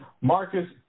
Marcus